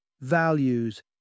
values